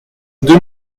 deux